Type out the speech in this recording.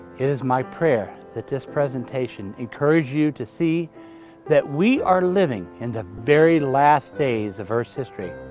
is my prayer that this presentation encouraged you to see that we are living in the very last days of earth's history.